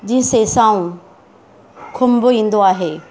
जीअं सेसाऊं खुंभ ईंदो आहे